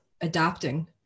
adapting